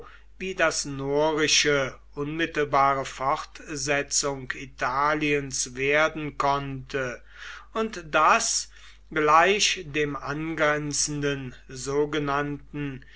wie das norische unmittelbare fortsetzung italiens werden konnte und das gleich dem angrenzenden sogenannten